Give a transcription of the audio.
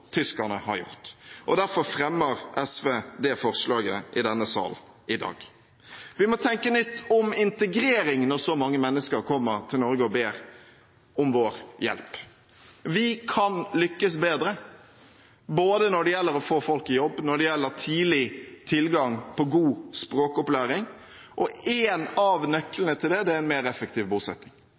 tyskerne har gjort, og derfor fremmer SV det forslaget i denne sal i dag. Vi må tenke nytt om integrering når så mange mennesker kommer til Norge og ber om vår hjelp. Vi kan lykkes bedre både når det gjelder å få folk i jobb, og når det gjelder tidlig tilgang på god språkopplæring, og en av nøklene til det er en mer effektiv bosetting.